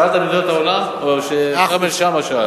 שאלת על מדינות העולם, או כרמל שאמה שאל.